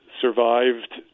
survived